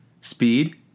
Speed